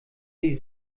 die